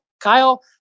Kyle